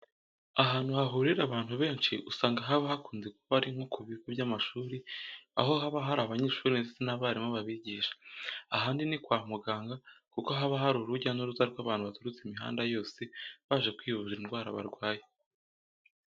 Ahantu hahurira abantu benshi usanga haba hakunze kuba ari nko ku bigo by'amashuri aho haba hari abanyeshuri ndese n'abarimu babigisha. Ahandi ni kwa muganga kuko haba hari urujya n'uruza rw'abantu baturutse imihanda yose baje kwivuza indwara barwaye.